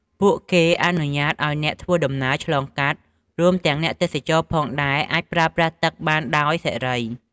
ពួកគេអនុញ្ញាតឲ្យអ្នកធ្វើដំណើរឆ្លងកាត់ រួមទាំងទេសចរផងដែរ អាចប្រើប្រាស់ទឹកបានដោយសេរី។